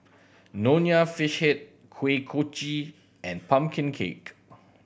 Nonya Fish Head Kuih Kochi and pumpkin cake